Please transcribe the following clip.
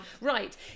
right